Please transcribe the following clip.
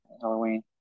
halloween